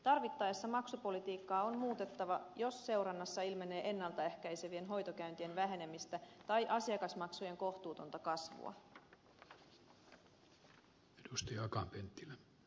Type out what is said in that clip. tarvittaessa maksupolitiikkaa on muutettava jos seurannassa ilmenee ennaltaehkäisevien hoitokäyntien vähenemistä tai asiakasmaksujen kohtuutonta kasvua